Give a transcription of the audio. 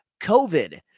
COVID